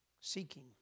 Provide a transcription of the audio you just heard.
seeking